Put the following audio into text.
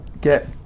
get